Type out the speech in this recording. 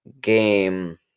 game